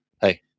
hey